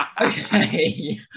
okay